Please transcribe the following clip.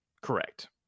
correct